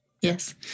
Yes